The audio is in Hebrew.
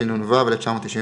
התשנ"ו- 1996;